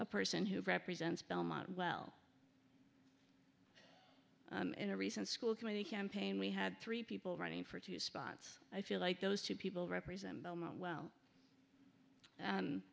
a person who represents belmont well in a recent school committee campaign we had three people running for two spots i feel like those two people represent wel